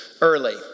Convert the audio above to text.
early